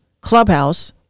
Clubhouse